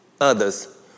others